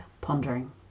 pondering